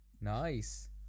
Nice